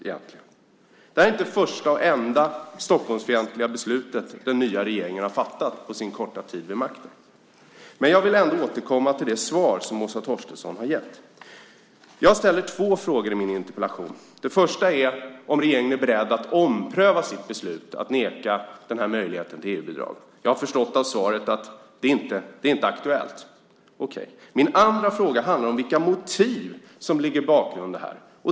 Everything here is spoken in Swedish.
Det här är inte det första och enda Stockholmsfientliga beslutet den nya regeringen har fattat vid sin korta tid vid makten, men jag vill ändå återkomma till det svar som Åsa Torstensson har gett. Jag ställde två frågor i min interpellation. Den första gällde om regeringen är beredd att ompröva sitt beslut att neka möjligheten till EU-bidrag. Jag har förstått av svaret att det inte är aktuellt. Okej. Min andra fråga handlade om vilka motiv som ligger bakom detta.